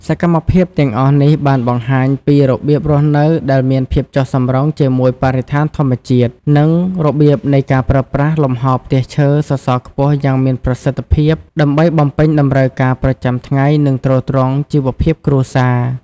សកម្មភាពទាំងអស់នេះបានបង្ហាញពីរបៀបរស់នៅដែលមានភាពចុះសម្រុងជាមួយបរិស្ថានធម្មជាតិ និងរបៀបនៃការប្រើប្រាស់លំហរផ្ទះឈើសសរខ្ពស់យ៉ាងមានប្រសិទ្ធភាព ដើម្បីបំពេញតម្រូវការប្រចាំថ្ងៃ និងទ្រទ្រង់ជីវភាពគ្រួសារ ។